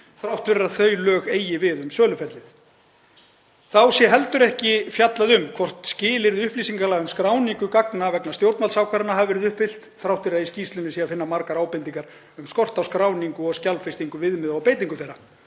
þrátt fyrir að þau lög eigi við um söluferlið. Þá sé heldur ekki fjallað um hvort skilyrði upplýsingalaga um skráningu gagna vegna stjórnvaldsákvarðana hafi verið uppfyllt, þrátt fyrir að í skýrslunni sé að finna margar ábendingar um skort á skráningu og skjalfestingu viðmiða og beitingu þeirra.